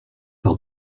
par